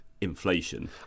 inflation